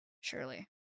Surely